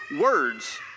words